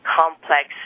complex